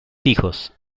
hijos